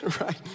right